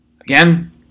Again